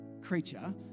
creature